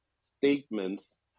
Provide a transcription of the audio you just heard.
statements